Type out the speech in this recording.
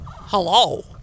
Hello